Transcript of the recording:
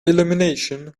illumination